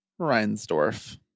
Reinsdorf